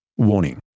Warning